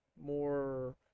more